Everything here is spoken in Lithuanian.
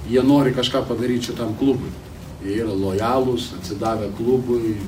jie nori kažką padaryt šitam klubui jie yra lojalūs atsidavę klubui